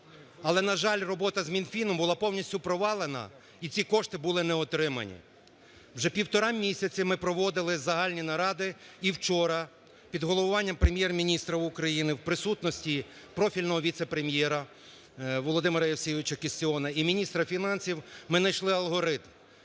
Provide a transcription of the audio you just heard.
Але, на жаль, робота з Мінфіном була повністю провалена і ці кошти були неотриманні. Вже півтора місяця ми проводили загальні наради. І вчора під головуванням Прем'єр-міністра України, в присутності профільного Віце-прем'єра Володимира ЄвсевійовичаКістіона і міністра фінансів ми найшли алгоритм.